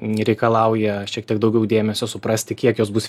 reikalauja šiek tiek daugiau dėmesio suprasti kiek jos bus